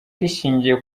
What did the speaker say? rishingiye